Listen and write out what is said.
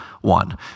one